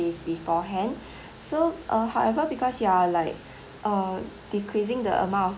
days beforehand so uh however because you're like err decreasing the amount of